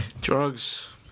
Drugs